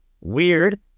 weird